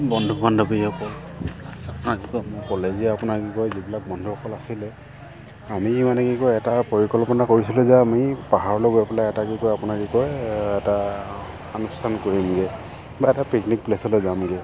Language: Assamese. বন্ধু বান্ধৱীসকল আপোনাক মোৰ কলেজীয়া আপোনাৰ কি কয় যিবিলাক বন্ধুসকল আছিলে আমি মানে কি কয় এটা পৰিকল্পনা কৰিছিলোঁ যে আমি পাহাৰলৈ গৈ পেলাই এটা কি কয় আপোনাৰ কি কয় এটা আনুষ্ঠান কৰিমগৈ বা এটা পিকনিক প্লেচলৈ যামগৈ